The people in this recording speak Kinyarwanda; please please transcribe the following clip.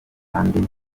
kandi